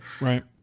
Right